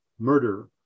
Murder